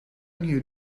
new